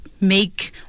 make